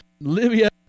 Libya